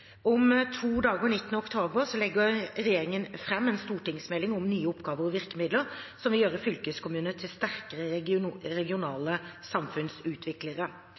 Om to dager, 19. oktober, legger regjeringen fram en stortingsmelding om nye oppgaver og virkemidler som vil gjøre fylkeskommunene til sterkere regionale samfunnsutviklere.